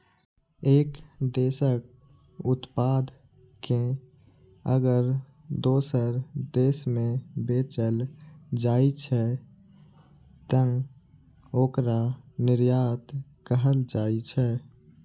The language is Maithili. एक देशक उत्पाद कें अगर दोसर देश मे बेचल जाइ छै, तं ओकरा निर्यात कहल जाइ छै